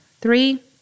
three